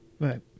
Right